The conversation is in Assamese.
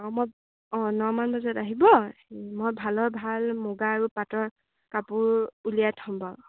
অঁ মই অঁ ন মান বজাত আহিব মই ভালৰ ভাল মুগা আৰু পাটৰ কাপোৰ উলিয়াই থ'ম বাৰু